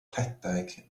rhedeg